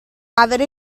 avere